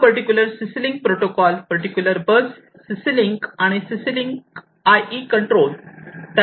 हा particular CC link protocol particular bus CC link आणि CC link IE control